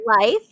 life